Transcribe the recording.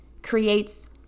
creates